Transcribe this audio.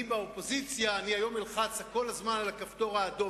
אני באופוזיציה והיום אלחץ כל הזמן על הכפתור האדום,